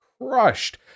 crushed